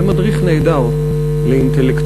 זה מדריך נהדר לאינטלקטואלים,